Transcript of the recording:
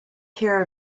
care